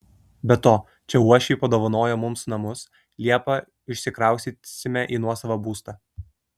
be to čia uošviai padovanojo mums namus liepą išsikraustysime į nuosavą būstą